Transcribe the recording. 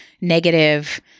negative